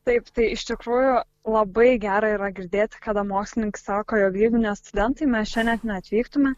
taip tai iš tikrųjų labai gera yra girdėti kada mokslininkai sako jog jeigu ne studentai mes čia net neatvyktume